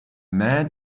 man